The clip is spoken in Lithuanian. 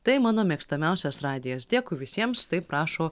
tai mano mėgstamiausias radijas dėkui visiems taip rašo